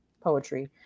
poetry